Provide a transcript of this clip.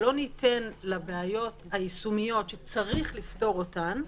שלא ניתן לבעיות היישומיות, שצריך לפתור אותן,